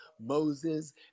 Moses